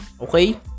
Okay